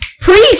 preach